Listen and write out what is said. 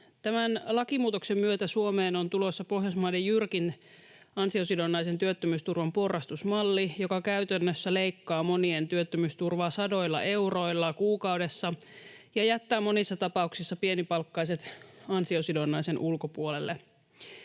Tämän lakimuutoksen myötä Suomeen on tulossa Pohjoismaiden jyrkin ansiosidonnaisen työttömyysturvan porrastusmalli, joka käytännössä leikkaa monien työttömyysturvaa sadoilla euroilla kuukaudessa ja jättää monissa tapauksissa pienipalkkaiset ansiosidonnaisen ulkopuolelle.